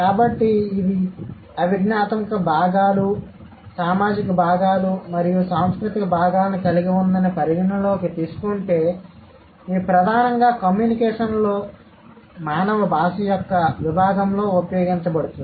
కాబట్టి ఇది అభిజ్ఞాత్మక భాగాలు సామాజిక భాగాలు మరియు సాంస్కృతిక భాగాలను కలిగి ఉందని పరిగణనలోకి తీసుకుంటే ఇది ప్రధానంగా కమ్యూనికేషన్లో మానవ భాష యొక్క విభాగంలో ఉపయోగించబడుతుంది